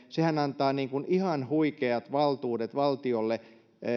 sehän antaa ihan huikeat valtuudet valtiolle